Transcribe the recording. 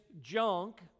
junk